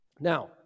Now